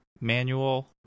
manual